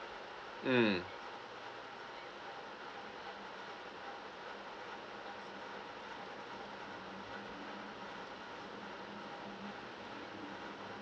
mm